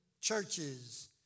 churches